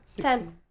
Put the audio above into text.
Ten